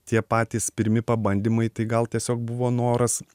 tie patys pirmi pabandymai tai gal tiesiog buvo noras